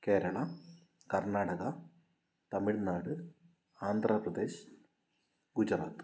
Kerala Karnataka Tamil Nadu Andhra Pradesh Gujarat